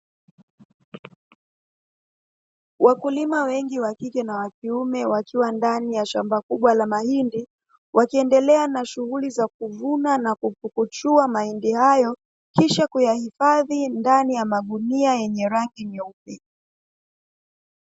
Wakulima wengi wakike na wakiume wakiwa ndani ya shamba kubwa la mahindi, wakiendelea na shughuli za kuvuna na kupukuchua mahindi hayo, kisha kuyahifadhi ndani ya magunia yenye rangi nyeupe.